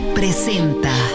presenta